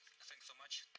thanks so much.